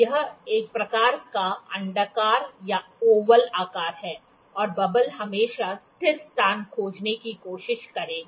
यह एक प्रकार का अंडाकार या ओवल आकार है और बबल हमेशा स्थिर स्थान खोजने की कोशिश करेगा